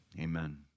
Amen